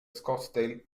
scottsdale